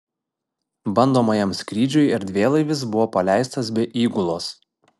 bandomajam skrydžiui erdvėlaivis buvo paleistas be įgulos